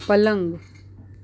પલંગ